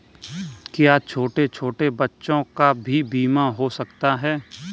क्या छोटे छोटे बच्चों का भी बीमा हो सकता है?